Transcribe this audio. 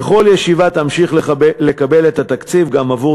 וכל ישיבה תמשיך לקבל את התקציב גם עבור